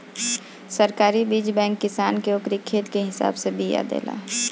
सरकारी बीज बैंक किसान के ओकरी खेत के हिसाब से बिया देला